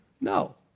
No